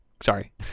sorry